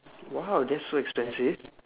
!wow! that's so expensive